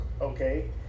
Okay